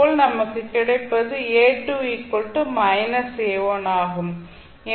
நமக்கு கிடைப்பது ஆகும்